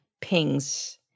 pings